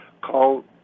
Call